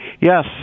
Yes